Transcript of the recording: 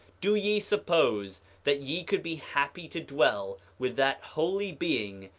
do ye suppose that ye could be happy to dwell with that holy being,